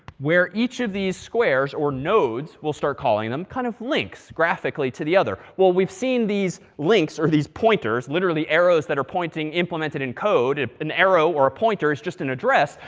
where each of these squares, or nodes, we'll start calling them, kind of links graphically to the other. well, we've seen these links, or these pointers, literally arrows that are pointing implemented in code. an arrow or a pointer is just an address.